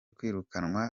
kwirukanwa